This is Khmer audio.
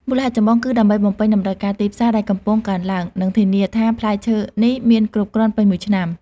មូលហេតុចម្បងគឺដើម្បីបំពេញតម្រូវការទីផ្សារដែលកំពុងកើនឡើង និងធានាថាផ្លែឈើនេះមានគ្រប់គ្រាន់ពេញមួយឆ្នាំ។